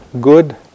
good